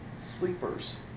Sleepers